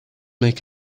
make